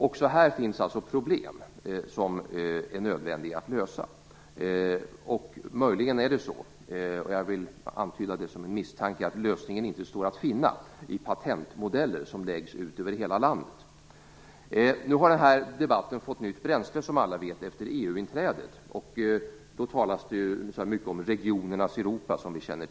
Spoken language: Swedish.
Också här finns alltså problem som är nödvändiga att lösa. Möjligen är det så - jag vill antyda det som en misstanke - att lösningen inte står att finna i patentmodeller som läggs ut över hela landet. Debatten har fått nytt bränsle, som alla vet, efter EU-inträdet. Det talas mycket om regionernas Europa.